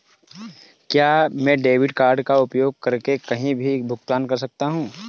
क्या मैं debit card का उपयोग करके कहीं भी भुगतान कर सकता हूं?